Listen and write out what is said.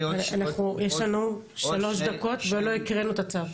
יש לנו שלוש דקות ולא הקראנו את הצו.